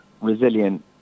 resilient